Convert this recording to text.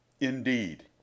Indeed